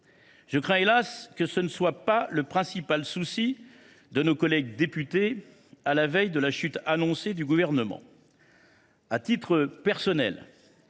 Je crains – hélas !– que ce ne soit pas le principal souci de nos collègues députés à la veille de la chute annoncée du Gouvernement. À titre personnel,